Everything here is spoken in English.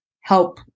help